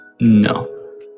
No